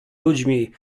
ludźmi